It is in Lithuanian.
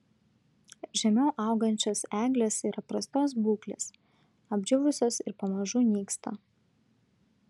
žemiau augančios eglės yra prastos būklės apdžiūvusios ir pamažu nyksta